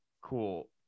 cool